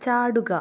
ചാടുക